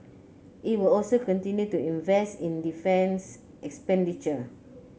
it will also continue to invest in defence expenditure